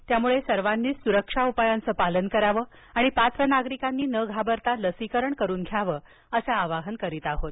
त्यामुळे सर्वांनीच सुरक्षा उपायांच पालन करावं आणि पात्र नागरिकांनी न घाबरता लसीकरण करून घ्यावं असं आवाहन करत आहोत